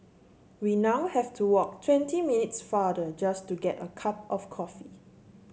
we now have to walk twenty minutes farther just to get a cup of coffee